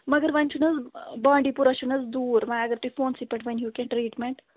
مگر وۅنۍ چھُ نہٕ حظ بانٛڈی پورا چھُنہٕ حظ دوٗر وۅنۍ اگر تُہۍ فونسٕے پٮ۪ٹھ ؤنۍہیٖو کیٚنٛہہ ٹرٛیٖٹمٮ۪نٛٹ